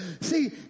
See